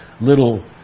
little